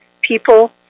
people